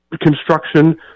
construction